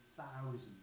thousands